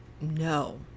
no